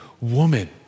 woman